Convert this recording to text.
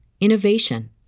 innovation